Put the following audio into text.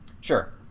Sure